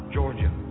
Georgia